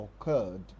occurred